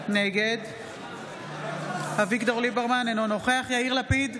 נגד אביגדור ליברמן, אינו נוכח יאיר לפיד,